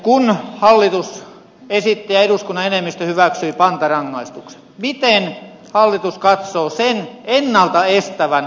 kun hallitus esitti ja eduskunnan enemmistö hyväksyi pantarangaistuksen miten hallitus katsoo sen ennalta estävän rikollisuutta